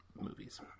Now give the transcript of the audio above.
movies